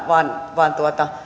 vaan vaan